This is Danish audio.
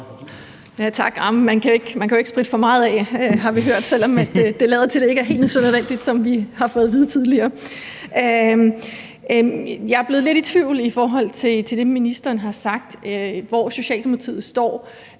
Bank (V): Tak. Man kan jo ikke spritte for meget af, har vi hørt, selv om det lader til, at det ikke er helt så nødvendigt, som vi har fået at vide tidligere. Jeg er blevet lidt i tvivl i forhold til det, ministeren har sagt om, hvor Socialdemokratiet står